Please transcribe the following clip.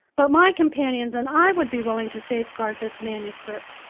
but my companions and i would be willing to safeguard this manuscript,